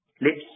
lips